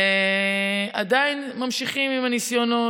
ועדיין ממשיכים עם הניסיונות.